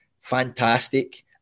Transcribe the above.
Fantastic